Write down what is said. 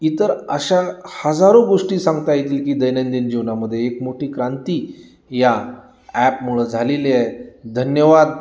इतर अशा हजारो गोष्टी सांगता येतील की दैनंदिन जीवनामध्ये एक मोठी क्रांती या ॲपमुळं झालेली आहे धन्यवाद